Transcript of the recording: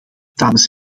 dames